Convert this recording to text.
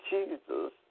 Jesus